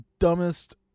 dumbest